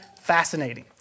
fascinating